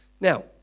now